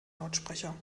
lautsprecher